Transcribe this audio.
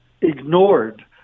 ignored